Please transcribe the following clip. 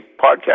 podcast